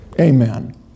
Amen